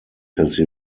his